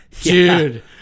dude